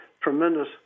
tremendous